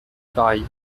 pareilles